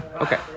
Okay